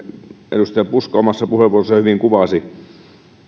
edustaja puska omassa puheenvuorossaan hyvin kuvasi